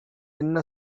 என்ன